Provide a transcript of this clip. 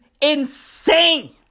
insane